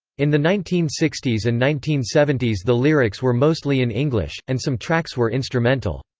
in the nineteen sixty s and nineteen seventy s the lyrics were mostly in english, and some tracks were instrumental.